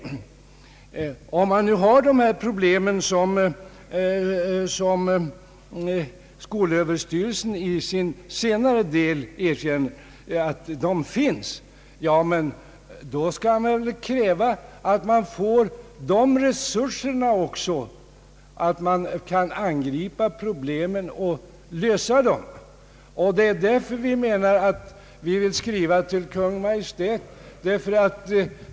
Har man de problem som skolöverstyrelsen i senare delen av sitt yttrande har erkänt existerar, skall man kräva att man får resurser så att man kan angripa problemen och lösa dem. Därför anser vi att riksdagen skall skriva till Kungl. Maj:t.